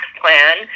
plan